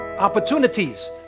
opportunities